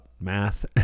math